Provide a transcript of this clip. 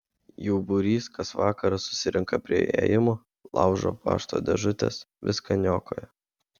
jų būrys kas vakarą susirenka prie įėjimo laužo pašto dėžutes viską niokoja